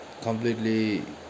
completely